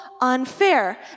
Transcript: unfair